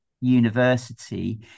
university